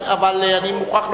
אבל אני מוכרח,